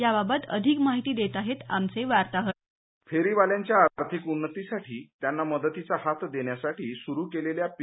याबाबत अधिक माहिती देत आहेत आमचे वार्ताहर फेरीवाल्यांच्या आर्थिक उन्नतीसाठी त्यांना मदतीचा हात देण्यासाठी सुरू केलेल्या पी